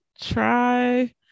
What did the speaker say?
Try